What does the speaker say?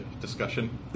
discussion